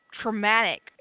traumatic